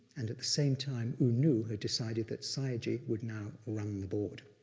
and same time, u nu had decided that sayagyi would now run the board.